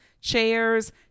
chairs